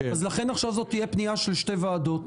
אז לכן עכשיו זאת תהיה פנייה של שתי ועדות,